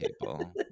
people